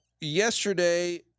yesterday